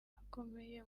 hakomeye